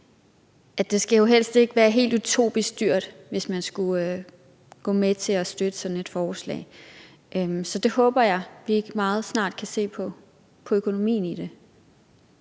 For det skal jo helst ikke være helt utopisk dyrt, hvis man skulle gå med til at støtte sådan et forslag. Så jeg håber, vi meget snart kan se på økonomien i det.